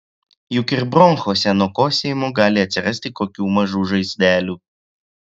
juk ir bronchuose nuo kosėjimo gali atsirasti kokių mažų žaizdelių